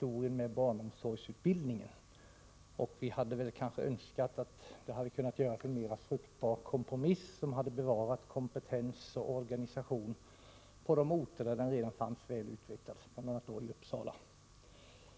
utbildningen inom barnomsorgen. Vi hade önskat en mer fruktbar kompromiss som hade inneburit att man bevarat kompetens och organisation på de orter där detta redan fanns väl utvecklat, bl.a. i Uppsala.